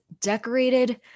decorated